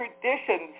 traditions